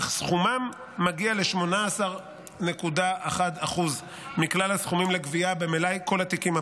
אך סכומם מגיע ל-18.1% מכלל הסכומים לגבייה במלאי כל התיקים הפתוחים,